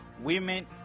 women